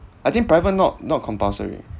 I think private not not compulsory